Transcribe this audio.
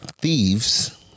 thieves